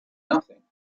nothing